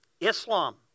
Islam